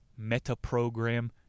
metaprogram